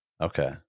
Okay